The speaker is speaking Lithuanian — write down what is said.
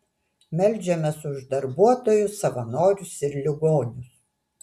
meldžiamės už darbuotojus savanorius ir ligonius